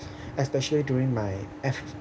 especially during my